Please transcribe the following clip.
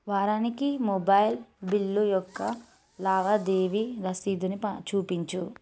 వారానికి mobile bill యొక్క లావాదేవీ రసీదుని ప చూపించు